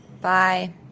Bye